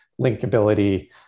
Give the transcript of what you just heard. linkability